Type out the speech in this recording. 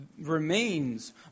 remains